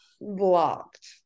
blocked